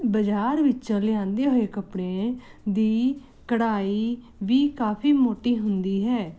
ਬਾਜ਼ਾਰ ਵਿੱਚੋਂ ਲਿਆਂਦੇ ਹੋਏ ਕੱਪੜੇ ਦੀ ਕਢਾਈ ਵੀ ਕਾਫੀ ਮੋਟੀ ਹੁੰਦੀ ਹੈ